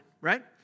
right